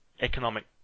economic